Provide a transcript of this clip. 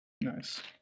Nice